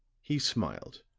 he smiled,